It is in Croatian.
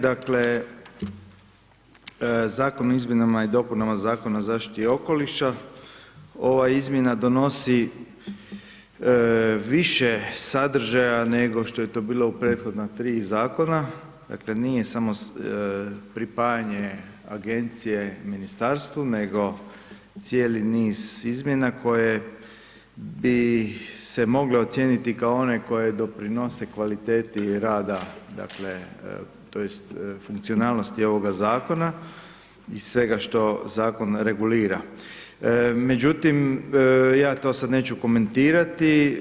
Dakle zakon o izmjenama i dopunama Zakona o zaštiti okoliša, ova izmjena donosi više sadržaja nego što je to bilo u prethodna tri zakona dakle nije samo pripajanje agencije ministarstvu nego cijeli niz izmjena koje bi se moglo ocijeniti kao one koje doprinose kvaliteti rada dakle tj. funkcionalnosti ovoga zakona i svega što zakon regulira, međutim ja to sad neću komentirati.